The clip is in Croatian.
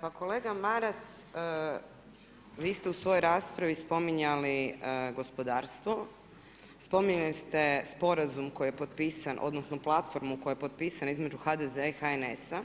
Pa kolega Maras, vi ste u svojoj raspravi spominjali gospodarstvo, spominjali ste sporazum koji je potpisan, odnosno platformu koja je potpisana između HDZ-a i HNS-a